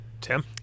Tim